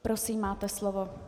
Prosím, máte slovo.